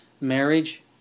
marriage